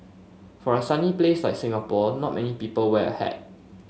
for a sunny place like Singapore not many people wear a hat